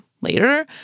later